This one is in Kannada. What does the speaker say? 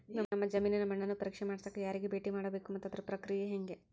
ನಮ್ಮ ಜಮೇನಿನ ಮಣ್ಣನ್ನು ಪರೇಕ್ಷೆ ಮಾಡ್ಸಕ ಯಾರಿಗೆ ಭೇಟಿ ಮಾಡಬೇಕು ಮತ್ತು ಅದರ ಪ್ರಕ್ರಿಯೆ ಹೆಂಗೆ?